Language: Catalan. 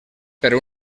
per